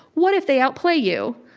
what if they outplay you?